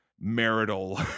marital